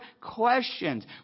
questions